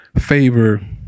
favor